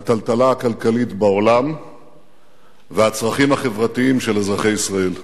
הטלטלה הכלכלית בעולם והצרכים החברתיים של אזרחי ישראל.